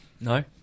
No